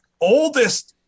oldest